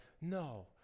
no